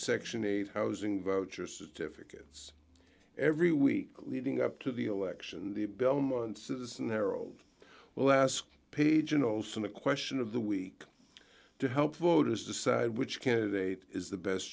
section eight housing vouchers difficult every week leading up to the election the belmont citizen harold well ask page and also the question of the week to help voters decide which candidate is the best